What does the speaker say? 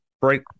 break